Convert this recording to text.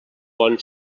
bon